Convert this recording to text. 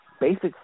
basic